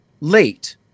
late